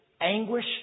anguish